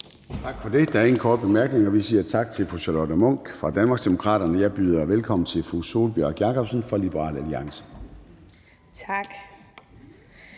Gade): Der er ingen korte bemærkninger, så vi siger tak til fru Charlotte Munch fra Danmarksdemokraterne. Og jeg byder velkommen til fru Sólbjørg Jakobsen fra Liberal Alliance. Kl.